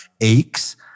aches